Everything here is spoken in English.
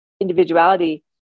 individuality